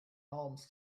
alms